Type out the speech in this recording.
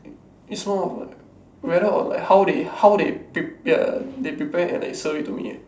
is more of like whether or like how they how they pre~ yeah they prepare like serve it to me